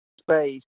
space